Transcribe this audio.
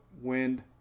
wind